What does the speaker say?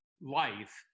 life